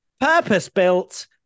Purpose-built